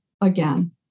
again